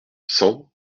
cent